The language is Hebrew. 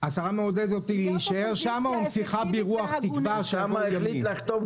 אני חושב שיוראי נגע היטב בנקודה הקריטית.